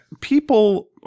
people